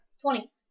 Twenty